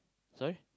sorry